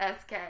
SK